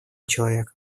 человека